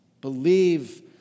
Believe